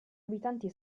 abitanti